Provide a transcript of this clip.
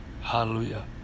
Hallelujah